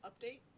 update